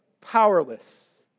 powerless